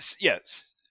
Yes